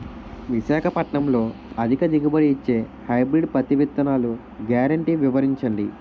విశాఖపట్నంలో అధిక దిగుబడి ఇచ్చే హైబ్రిడ్ పత్తి విత్తనాలు గ్యారంటీ వివరించండి?